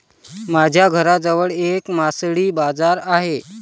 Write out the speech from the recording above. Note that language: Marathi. माझ्या घराजवळ एक मासळी बाजार आहे